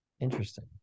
Interesting